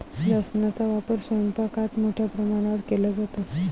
लसणाचा वापर स्वयंपाकात मोठ्या प्रमाणावर केला जातो